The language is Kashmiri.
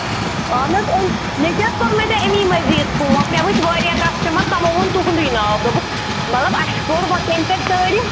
اَہن حظ یِم مےٚ کیٛاہ حظ کوٚرماے ژےٚ امے مٔزیٖد فون مےٚ وٕچھ واریاہ کَسٹمَر تمو ووٚن تُہُنٛدُے ناو دوٚپُکھ مطلب اَسہِ کوٚر وۄنۍ کٔمۍ کٔر تعٲریٖف